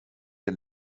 den